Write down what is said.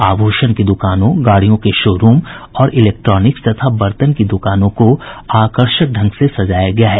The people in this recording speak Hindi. आभूषण की दुकानों गाड़ियों के शोरूम और इलेक्ट्रोनिक्स तथा बर्तन की दुकानों को आकर्षक ढंग से सजाया गया है